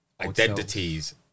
identities